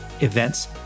events